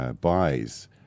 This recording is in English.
buys